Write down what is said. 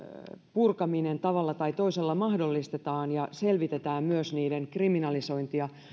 purkaminen tavalla tai toisella mahdollistetaan ja selvitetään myös niiden kriminalisointia